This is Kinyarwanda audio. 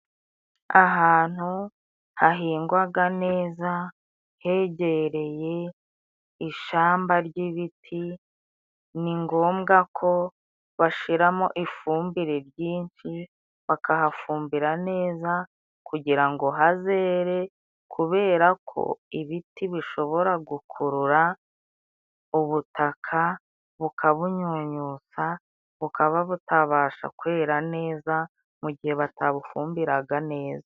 Ahantu hahingwaga neza hegereye ishamba ry'ibiti, ni ngombwa ko bashiramo ifumbire ryinshi, bakahafumbira neza kugira ngo hazere kubera ko ibiti bishobora gukurura ubutaka bukabunyunyutsa bukaba butabasha kwera neza mu gihe batabufumbiraga neza.